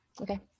okay